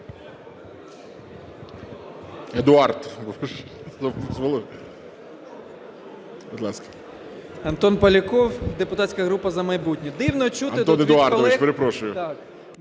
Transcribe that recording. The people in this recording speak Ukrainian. Антон Поляков, депутатська група "За майбутнє".